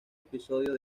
episodio